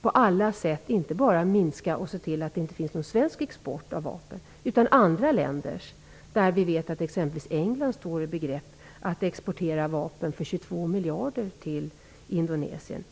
på alla sätt inte bara minska eller se till att det inte finns någon svensk export av vapen, utan även försöka påverka andra länder. Vi vet att exempelvis England står i begrepp att exportera vapen för 22 miljarder till Indonesien.